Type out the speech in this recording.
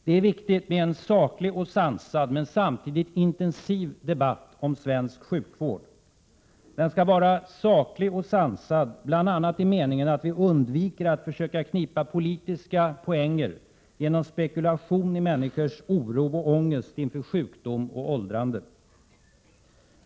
Det är viktigt med en saklig och sansad, men samtidigt intensiv, debatt om svensk sjukvård. Den skall vara saklig och sansad, bl.a. i den meningen att vi undviker att försöka knipa politiska poänger genom spekulation i människors oro och ångest inför sjukdom och åldrande.